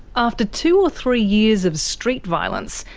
after two or three years of street violence,